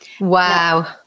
Wow